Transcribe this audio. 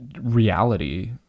reality